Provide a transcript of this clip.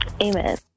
Amen